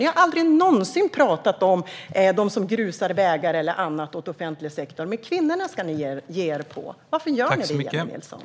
Ni har aldrig någonsin pratat om dem som grusar vägar eller annat åt offentlig sektor, men kvinnorna ska ni ger er på. Varför gör ni det, Jennie Nilsson?